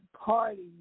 party